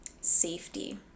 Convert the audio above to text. safety